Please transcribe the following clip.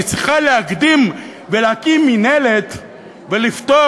היא צריכה להקדים ולהקים מינהלת כדי לפתור